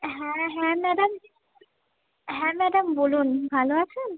হ্যাঁ হ্যাঁ ম্যাডাম হ্যাঁ ম্যাডাম বলুন ভালো আছেন